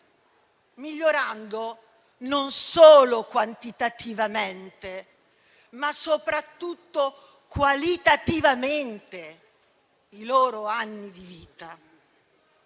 migliorando non solo quantitativamente, ma soprattutto qualitativamente i loro anni di vita.